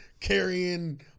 carrying